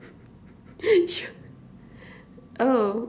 su~